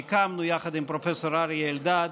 כשהקמנו יחד עם פרופ' אריה אלדד